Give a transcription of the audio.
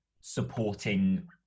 supporting